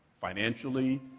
financially